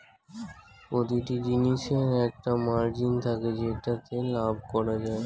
প্রতিটি জিনিসের একটা মার্জিন থাকে যেটাতে লাভ করা যায়